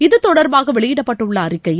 இதுதொடர்பாக வெளியிடப்பட்டுள்ள அறிக்கையில்